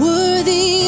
Worthy